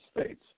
States